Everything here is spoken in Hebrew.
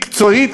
מקצועית,